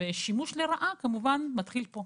השימוש לרעה כמובן מתחיל פה.